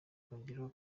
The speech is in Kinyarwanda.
kongeraho